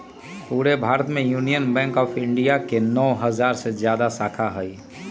पूरे भारत में Union Bank of India के नौ हजार से जादा शाखा हई